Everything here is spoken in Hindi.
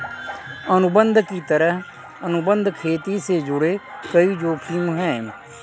अनुबंध की तरह, अनुबंध खेती से जुड़े कई जोखिम है